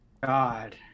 God